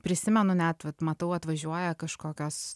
prisimenu net vat matau atvažiuoja kažkokios